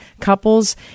couples